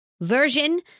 version